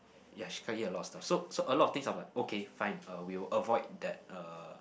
ya she can't eat a lot of stuff so so a lot of things I'm like okay fine uh we will avoid that uh